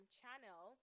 channel